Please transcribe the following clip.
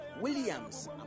Williams